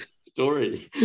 story